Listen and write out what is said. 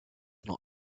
not